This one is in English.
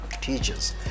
teachers